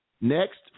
next